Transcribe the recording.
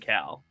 Cal